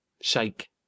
Shake